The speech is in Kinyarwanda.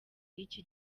y’iki